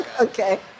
Okay